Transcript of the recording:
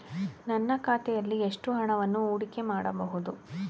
ನನ್ನ ಖಾತೆಯಲ್ಲಿ ಎಷ್ಟು ಹಣವನ್ನು ಹೂಡಿಕೆ ಮಾಡಬಹುದು?